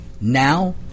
Now